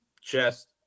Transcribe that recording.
chest